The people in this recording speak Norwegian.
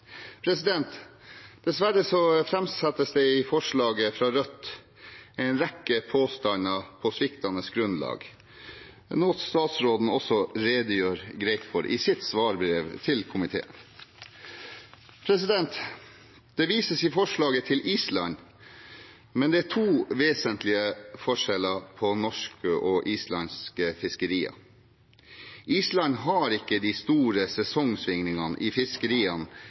Dessverre framsettes det i forslaget fra Rødt en rekke påstander på sviktende grunnlag, noe statsråden også redegjør greit for i sitt svarbrev til komiteen. Det vises i forslaget til Island, men det er to vesentlige forskjeller på norske og islandske fiskerier. Island har ikke de store sesongsvingningene i fiskeriene,